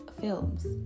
films